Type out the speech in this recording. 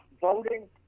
Voting